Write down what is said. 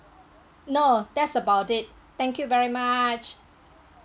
no that's about it thank you very much